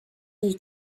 jej